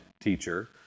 teacher